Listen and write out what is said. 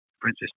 Princess